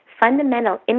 fundamental